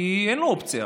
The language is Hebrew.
כי אין לו אופציה.